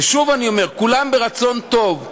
ושוב אני אומר: כולם ברצון טוב.